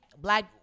black